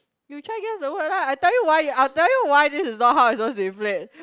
you try guess the word lah I'll tell you why I'll tell you why this is not how it's supposed to be played